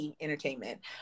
Entertainment